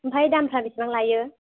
ओमफाय दामफ्रा बिसिबां लायो